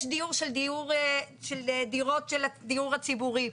יש דיור של דירות של הדיור הציבורי.